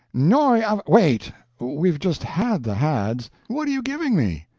noi av wait we've just had the hads. what are you giving me?